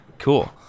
cool